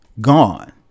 gone